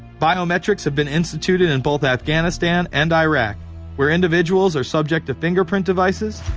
biometrics have been instituted in both afghanistan and iraq where individuals are subject to fingerprint devices,